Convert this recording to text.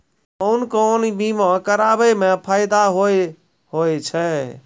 कोन कोन बीमा कराबै मे फायदा होय होय छै?